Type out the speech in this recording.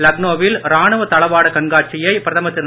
லக்னோவில் ராணுவ தளவாட கண்காட்சியை பிரதமர் திரு